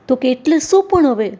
તોકે એટલે શું પણ હવે